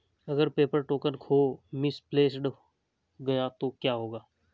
अगर paper token खो misplaced गया तो क्या होगा?